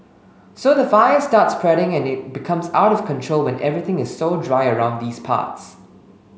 so the fire starts spreading and it becomes out of control when everything is so dry around these parts